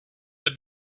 have